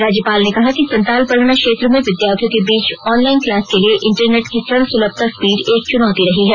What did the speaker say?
राज्यपाल ने कहा कि संताल परगना क्षेत्र में विद्यार्थियों के बीच ऑनलाइन क्लास के लिए इंटरनेट की सर्वसुलभता स्पीड एक चुनौती रही है